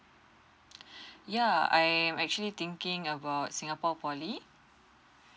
yeah I'm actually thinking about singapore poly